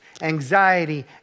anxiety